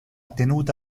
tenuta